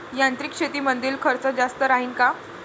यांत्रिक शेतीमंदील खर्च जास्त राहीन का?